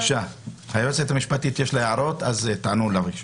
ליועצת המשפטית יש כמה הערות, תענו לה, בבקשה.